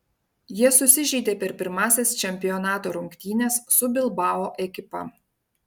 jie susižeidė per pirmąsias čempionato rungtynes su bilbao ekipa